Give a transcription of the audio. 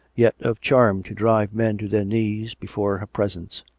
yet of charm to drive men to their knees before her presence.